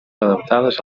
adaptades